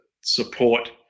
support